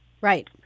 Right